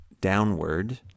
downward